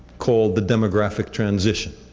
called the demographic transition.